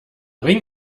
ring